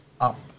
up